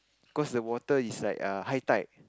cause the water is like err high tide